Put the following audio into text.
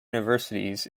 universities